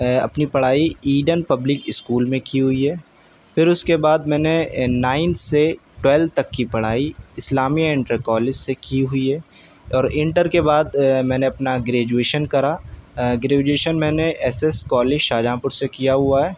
اپنی پڑھائی Indian public school میں کی ہوئی ہے پھر اس کے بعد میں نے نائن سے ٹوویل تک کی پڑھائی اسلامیہ انٹر کالج سے کی ہوئی ہے اور انٹر کے بعد میں نے اپنا گریجویشن کرا گریجویشن میں نے S S college Shahjahanpur سے کیا ہوا ہے